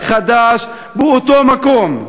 חדש באותו מקום.